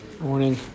Morning